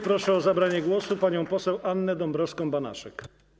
Proszę o zabranie głosu panią poseł Annę Dąbrowską-Banaszek.